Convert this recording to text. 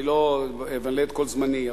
אני לא אבלה את כל זמני,